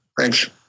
Thanks